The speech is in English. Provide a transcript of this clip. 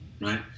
right